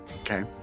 Okay